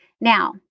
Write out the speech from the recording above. Now